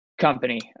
company